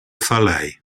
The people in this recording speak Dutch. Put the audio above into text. vallei